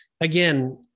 again